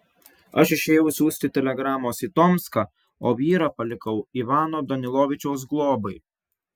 aš išėjau siųsti telegramos į tomską o vyrą palikau ivano danilovičiaus globai